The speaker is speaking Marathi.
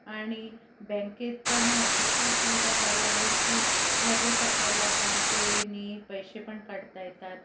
आणि बँकेत पण इतक्या सुविधा झाल्या आहे की लगेच आपल्याला फोन पेनी पैसे पण काढता येतात